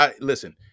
listen